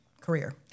career